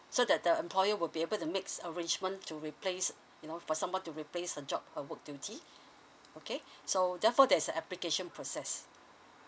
so that the employer will be able to makes arrangement to replace you know for someone to replace her job her work duty okay so therefore there is a application process